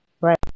right